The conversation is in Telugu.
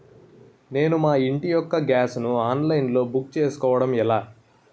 నేను మా ఇంటి యెక్క గ్యాస్ ను ఆన్లైన్ లో బుక్ చేసుకోవడం ఎలా?